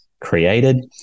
created